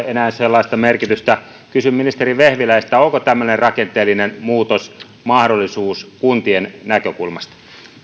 enää sellaista merkitystä kysyn ministeri vehviläiseltä onko tämmöinen rakenteellinen muutos mahdollisuus kuntien näkökulmasta